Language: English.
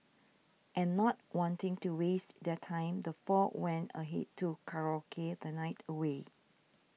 and not wanting to waste their time the four went ahead to karaoke the night away